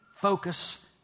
focus